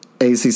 ACC